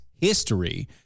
history